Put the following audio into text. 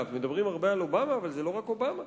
מדברים הרבה על אובמה, אבל זה לא רק אובמה,